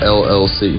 llc